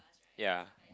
ya